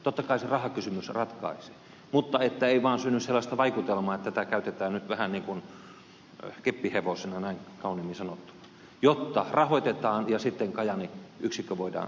totta kai se rahakysymys ratkaisee mutta ei vaan saa syntyä sellaista vaikutelmaa että tätä käytetään nyt vähän niin kuin keppihevosena näin kauniimmin sanottuna jotta rahoitetaan ja sitten kajaanin yksikkö voidaan siellä säilyttää